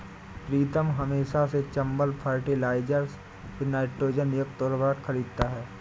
प्रीतम हमेशा से चंबल फर्टिलाइजर्स से नाइट्रोजन युक्त उर्वरक खरीदता हैं